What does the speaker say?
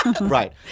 Right